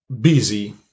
busy